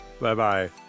Bye-bye